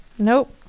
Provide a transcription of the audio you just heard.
Nope